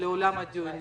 לאולם הדיונים.